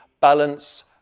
balance